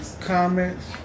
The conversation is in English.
comments